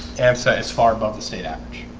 and say is far above the state average